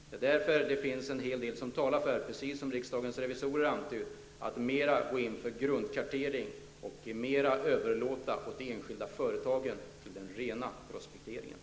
Det finns därför en hel del som talar för att mer gå in för grundkartering och mer överlåta den rena prospekteringen till de enskilda företagen, precis som riksdagens revisorer antydde.